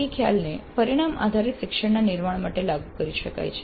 ADDIE ખ્યાલને પરિણામ આધારિત શિક્ષણના નિર્માણ માટે લાગુ કરી શકાય છે